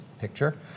picture